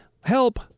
Help